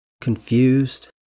Confused